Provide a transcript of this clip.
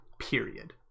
period